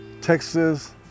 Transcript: Texas